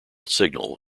signal